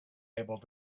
able